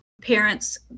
parents